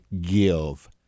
give